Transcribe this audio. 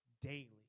daily